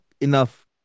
enough